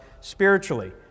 spiritually